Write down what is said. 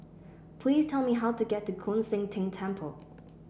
please tell me how to get to Koon Seng Ting Temple